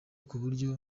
kuburyo